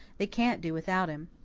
they can't do without him.